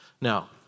Now